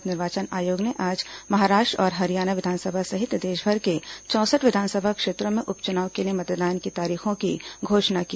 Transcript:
भारत निर्वाचन आयोग ने आज महाराष्ट्र और हरियाणा विधानसभा सहित देशभर के चौंसठ विधानसभा क्षेत्रों में उप चुनाव के लिए मतदान की तारीखों की घोषणा की